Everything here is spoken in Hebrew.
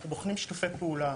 אנחנו בוחנים שיתופי פעולה,